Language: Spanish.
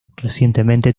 recientemente